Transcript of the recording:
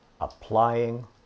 applying